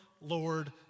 Lord